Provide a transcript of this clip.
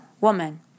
woman